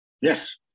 Yes